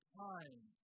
time